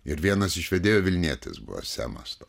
ir vienas iš vedėjų vilnietis buvo semas to